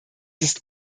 ist